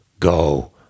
Go